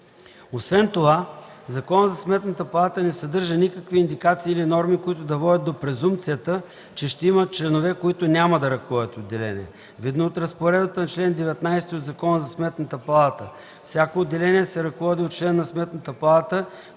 Освен това, Законът за Сметната палата не съдържа никакви индикации или норми, които да водят до презумпцията, че ще има членове, които няма да ръководят отделения. Видно от разпоредбата на чл. 19 от Закона за Сметната палата, всяко отделение се ръководи от член на Сметната палата,